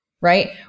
right